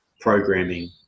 programming